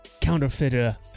counterfeiter